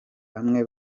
bamwe